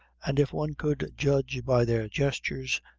and if one could judge by their gestures,